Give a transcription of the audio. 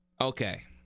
okay